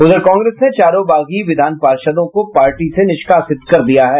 उधर कांग्रेस ने चारों बागी विधान पार्षदों को पार्टी से निष्कासित कर दिया है